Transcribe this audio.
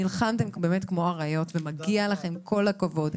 נלחמתם באמת כמו אריות, ומגיע לכם כל הכבוד.